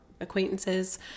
acquaintances